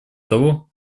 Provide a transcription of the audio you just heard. того